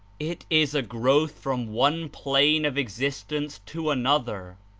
it is a growth from one plane of ex istence to another.